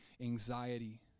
anxiety